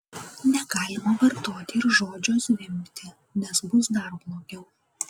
negalima vartoti ir žodžio zvimbti nes bus dar blogiau